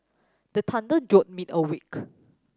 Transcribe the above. the thunder jolt me awake